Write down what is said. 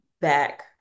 back